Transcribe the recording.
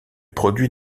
produit